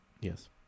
Yes